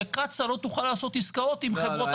שקצא"א לא תוכל לעשות עסקאות עם חברות